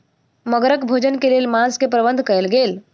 मगरक भोजन के लेल मांस के प्रबंध कयल गेल